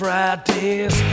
Friday's